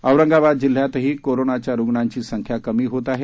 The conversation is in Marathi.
औरंगाबाद जिल्ह्यातही कोरोनाच्या रुग्णांची संख्या कमी होत आहे